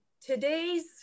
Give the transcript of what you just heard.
today's